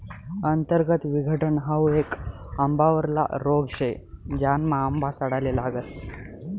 अंतर्गत विघटन हाउ येक आंबावरला रोग शे, ज्यानामा आंबा सडाले लागस